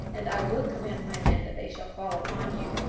and i will command my men that they shall fall upon you,